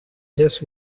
just